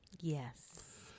Yes